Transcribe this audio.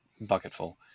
bucketful